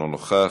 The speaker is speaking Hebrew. אינו נוכח,